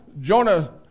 Jonah